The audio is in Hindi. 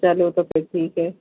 चलो तो फिर ठीक है